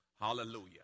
Hallelujah